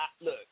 look